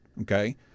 okay